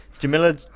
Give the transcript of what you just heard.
Jamila